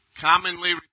commonly